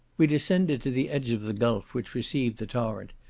we descended to the edge of the gulf which received the torrent,